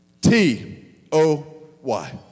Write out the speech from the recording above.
T-O-Y